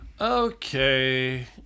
okay